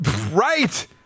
Right